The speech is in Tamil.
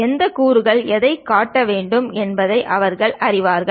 எந்தக் கூறு எதைக் கூட்ட வேண்டும் என்பதை அவர்கள் அறிவார்கள்